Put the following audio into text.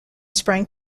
sprang